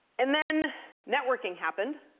and then networking happened,